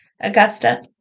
Augusta